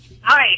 Hi